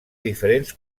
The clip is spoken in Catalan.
diferents